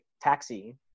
taxi